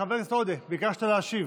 חבר הכנסת עודה, ביקשת להשיב.